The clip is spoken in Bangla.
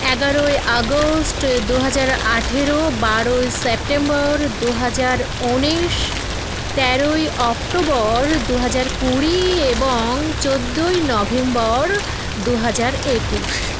এগারোই আগস্ট দু হাজার আঠেরো বারোই সেপ্টেম্বর দু হাজার উনিশ তেরোই অক্টোবর দু হাজার কুড়ি এবং চোদ্দোই নভেম্বর দু হাজার একুশ